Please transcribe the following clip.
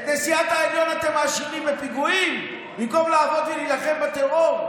את נשיאת העליון אתם מאשימים בפיגועים במקום לעבוד ולהילחם בטרור?